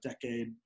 decade